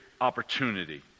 opportunity